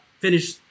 Finish